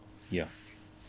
ya